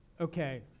Okay